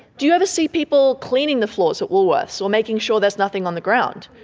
do you ever see people cleaning the floors at woolworths or making sure there's nothing on the ground?